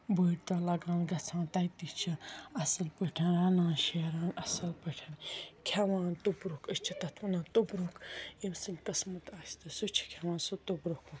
بٕڈۍ دۄہ لَگان گَژھان تَتہِ تہِ چھِ اَصٕل پٲٹھٮ۪ن رَنان شیٛران اصٕل پٲٹھۍ کھٮ۪وان توٚبروٗک أسۍ چھِ تَتھ وَنان توٚبروٗک ییٚمہِ سٕنٛدۍ قٕسمَت آسہِ تہٕ سُہ تہِ چھُ کھِٮ۪وان سُہ توٚبروٗک ووٚبروٗک